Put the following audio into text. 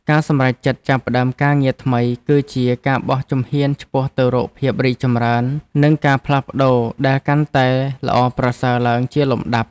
ការសម្រេចចិត្តចាប់ផ្ដើមការងារថ្មីគឺជាការបោះជំហានឆ្ពោះទៅរកភាពរីកចម្រើននិងការផ្លាស់ប្តូរដែលកាន់តែល្អប្រសើរឡើងជាលំដាប់។